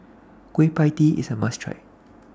Kueh PIE Tee IS A must Try